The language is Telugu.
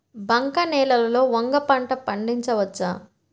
బంక నేలలో వంగ పంట పండించవచ్చా?